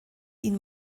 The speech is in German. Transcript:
ihn